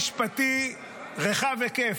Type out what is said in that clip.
אירוע משפטי רחב היקף.